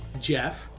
Jeff